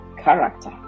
character